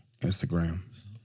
Instagram